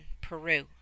Peru